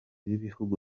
b’ibihugu